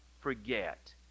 forget